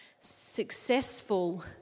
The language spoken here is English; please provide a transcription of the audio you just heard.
Successful